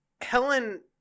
Helen